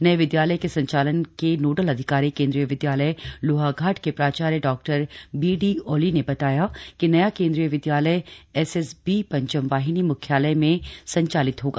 नये विदयालय के संचालन के नोडल अधिकारी केंद्रीय विदयालय लोहाघाट के प्राचार्य डॉक्टर बी डी ओली ने बताया कि नया केंद्रीय विदयालय एस एस बी पंचम वाहिनी मुख्यालय में संचालित होगा